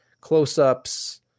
Close-ups